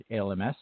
ALMS